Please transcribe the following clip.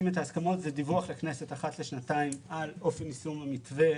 זה דיווח לכנסת אחת לשנתיים על אופן יישום המתווה.